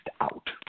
out